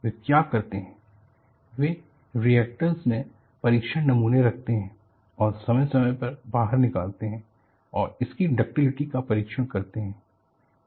वे क्या करते हैं वे रिएक्टर में परीक्षण नमूने रखते हैं और समय समय पर बाहर निकालते हैं और इसकी डक्टिलिटी का परीक्षण करते है